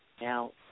Now